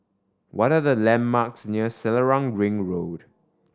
what are the landmarks near Selarang Ring Road